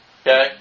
Okay